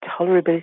tolerability